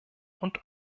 und